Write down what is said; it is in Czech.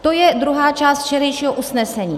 To je druhá část včerejšího usnesení.